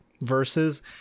verses